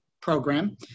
program